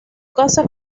casa